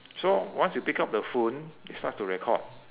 so once we pick up the phone it starts to record